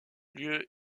lieu